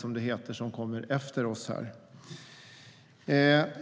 - det ärende som ska debatteras efter detta ärende.